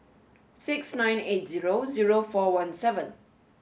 six nine eight zero zero four one seven